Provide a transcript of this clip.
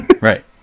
Right